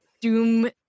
doom